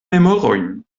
memorojn